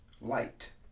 light